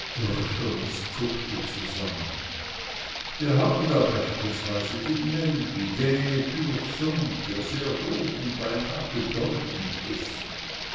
zuckte zusammen wir haben da beispielsweise den melbye däne pur sang der sehr gut und beinah bedeutend ist